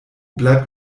bleibt